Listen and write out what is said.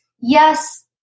yes